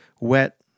wet